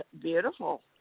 beautiful